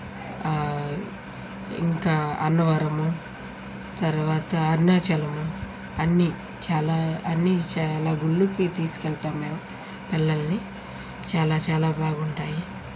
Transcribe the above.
ఇంకా అన్నవరము తరువాత అరుణాచలము అన్నీ చాలా అన్నీ చాలా గుళ్ళకి తీసుకెళ్తాము మేము పిల్లల్ని చాలా చాలా బాగుంటాయి